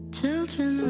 children